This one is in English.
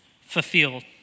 fulfilled